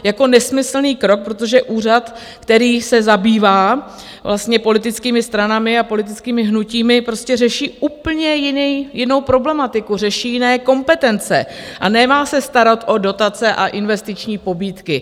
Je to nesmyslný krok, protože úřad, který se zabývá politickými stranami a politickými hnutími, prostě řeší úplně jinou problematiku, řeší jiné kompetence a nemá se starat o dotace a investiční pobídky.